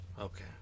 Okay